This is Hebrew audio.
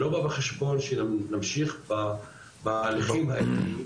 לא בא בחשבון שנמשיך בהליכים האלה,